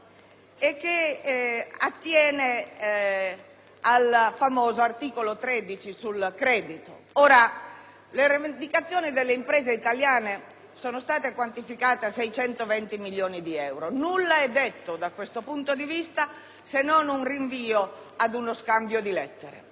che attiene al famoso articolo 13 sui crediti. Le rivendicazioni delle imprese italiane sono quantificate in 620 milioni di euro, ma nulla è detto da questo punto di vista, se non un rinvio ad uno scambio di lettere.